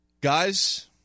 Guys